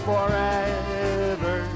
Forever